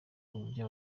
uburyo